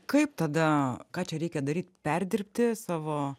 kaip tada ką čia reikia daryt perdirbti savo